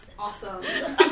Awesome